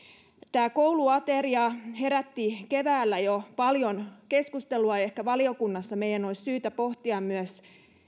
kouluateria herätti jo keväällä paljon keskustelua ja ehkä valiokunnassa meidän olisi syytä pohtia myös